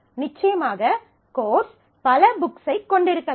நிச்சயமாக கோர்ஸ் பல புக்ஸைக் கொண்டிருக்கலாம்